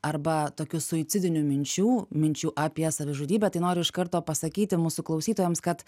arba tokių suicidinių minčių minčių apie savižudybę tai noriu iš karto pasakyti mūsų klausytojams kad